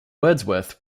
wordsworth